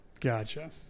Gotcha